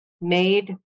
made